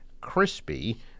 Crispy